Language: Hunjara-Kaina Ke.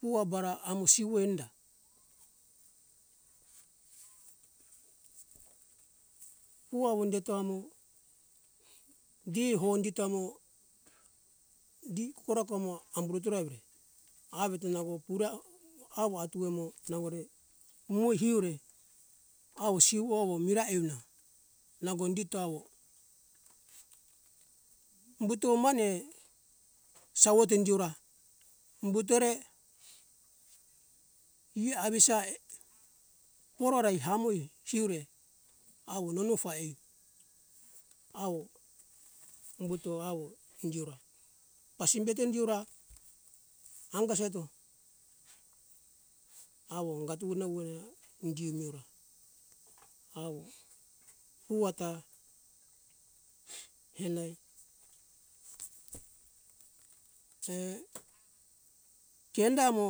Pua bara amo siwo enda pua wundeto amo di hondi tamo di kora kamoa amburu tora evire avete nango pura awo atu emo nangore umo hiure awo siwo awo mira evina nango indito awo umbuto mane sawote indiora umbutore e avisa er porore hamoi hiure awo nonofa aiu awo umbuto awo indiora pasimbeto indiora anga seto awo angatu na wurerea indio miora awo uwata henai he kenda mo